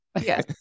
Yes